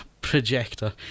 projector